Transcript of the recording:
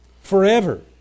Forever